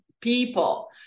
people